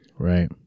Right